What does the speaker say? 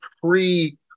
pre